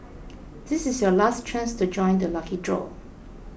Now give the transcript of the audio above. this is your last chance to join the lucky draw